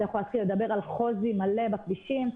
אתה יכול להתחיל לדבר על חוזי מלא בכבישים,